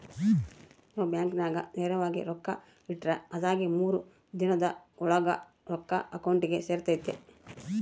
ನಾವು ಬ್ಯಾಂಕಿನಾಗ ನೇರವಾಗಿ ರೊಕ್ಕ ಇಟ್ರ ಅದಾಗಿ ಮೂರು ದಿನುದ್ ಓಳಾಗ ರೊಕ್ಕ ಅಕೌಂಟಿಗೆ ಸೇರ್ತತೆ